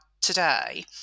today